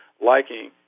liking